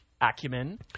acumen